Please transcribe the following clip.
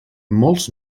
molts